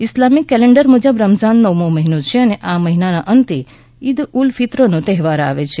Islamic calendar મુજબ રમઝાન નવમો મહિનો છે અને મહિનાના અંતે ઈદ ઉલ ફિત્રનો તહેવાર આવે છે